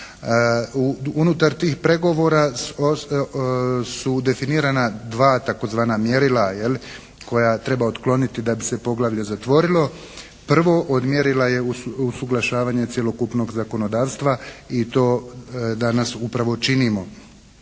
Unutar tih pregovora su definirana dva tzv. mjerila jel', koja treba otkloniti da bi se poglavlje zatvorilo. Prvo od mjerila je usuglašavanje cjelokupnog zakonodavstva i to danas upravo činimo.